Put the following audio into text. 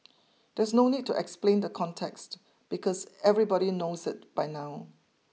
there's no need to explain the context because everybody knows it by now